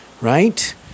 right